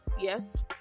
Yes